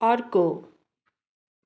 अर्को